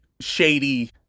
shady